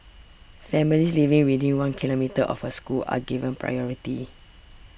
families living within one kilometre of a school are given priority